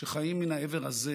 שחיים מהעבר הזה